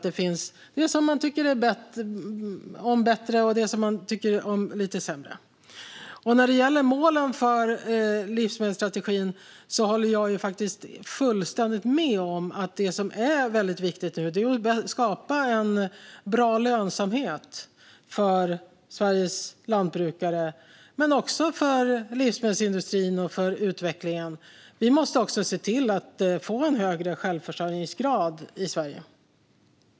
Det finns sådant som man tycker bättre om och sådant man tycker lite sämre om. När det gäller målen för livsmedelsstrategin håller jag fullständigt med om att det är väldigt viktigt att skapa bra lönsamhet för Sveriges lantbrukare men också för livsmedelsindustrin och utvecklingen. Vi måste också se till att få en högre självförsörjningsgrad i Sverige.